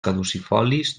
caducifolis